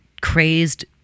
crazed